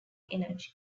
energy